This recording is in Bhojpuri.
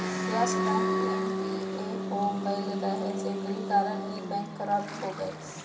यश बैंक एन.पी.ए हो गईल रहे जेकरी कारण इ बैंक करप्ट हो गईल